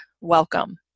Welcome